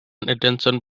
attention